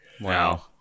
Wow